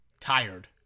tired